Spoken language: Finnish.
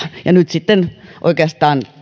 ja nyt sitten oikeastaan